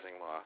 law